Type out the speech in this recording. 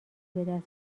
بدست